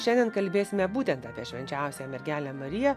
šiandien kalbėsime būtent apie švenčiausią mergelę mariją